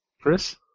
Chris